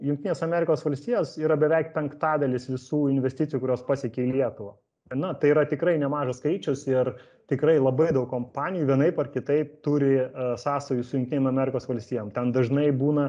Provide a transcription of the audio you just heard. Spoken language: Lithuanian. jungtinės amerikos valstijos yra beveik penktadalis visų investicijų kurios pasiekė į lietuvą na tai yra tikrai nemažas skaičius ir tikrai labai daug kompanijų vienaip ar kitaip turi sąsajų su jungtinėm amerikos valstijom ten dažnai būna